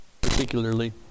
particularly